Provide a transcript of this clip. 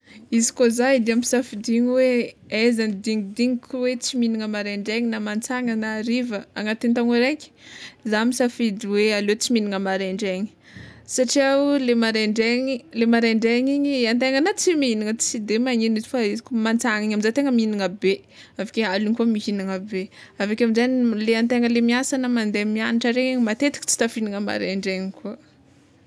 Izy koa za edy ampisafidiany hoe aiza no dignidigniko hoe tsy mihignana maraindraigna na mantsiagna na hariva agnatin'ny taogno araiky, zah misafidy hoe aleo tsy mihignana maraindraigna satria ho le maraindraigny le maraindraigny igny antegna na tsy mihignana tsy de magnino izy fa izy koa mantsiagna igny amizay tegna mihignana be aveke aligny koa mihignana be, aveke aminjegny le antegna le miasa na mande miagnatra regny matetiky tsy tafihignana maraindraigny koa.